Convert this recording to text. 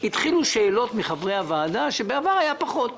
התחילו שאלות של חברי הוועדה כאשר בעבר היו פחות,